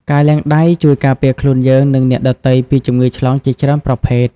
ការលាងដៃជួយការពារខ្លួនយើង និងអ្នកដទៃពីជំងឺឆ្លងជាច្រើនប្រភេទ។